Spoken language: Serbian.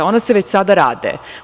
Ona se već sada rade.